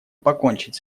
покончить